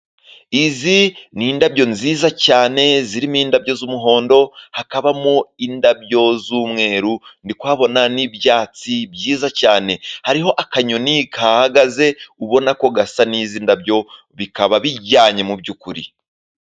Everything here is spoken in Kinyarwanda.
Izi ni indabo nziza cyane, zirimo indabo z'umuhondo hakabamo indabo z'umweru, ndikuhabona n'ibyatsi byiza cyane, hariho akanyoni kahahagaze ubona ko gasa ni indabo, bikaba bijyanye mubyukuri.